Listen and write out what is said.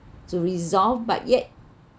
to resolve but yet